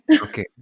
Okay